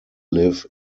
live